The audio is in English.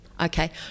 Okay